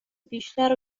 بیشتر